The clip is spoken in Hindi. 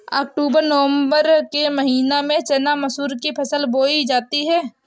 अक्टूबर नवम्बर के महीना में चना मसूर की फसल बोई जाती है?